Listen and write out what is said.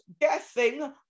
guessing